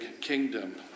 kingdom